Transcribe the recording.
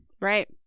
Right